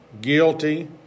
guilty